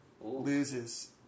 loses